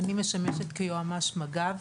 אני משמשת כיועמ"ש מג"ב.